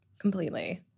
Completely